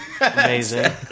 Amazing